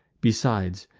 besides,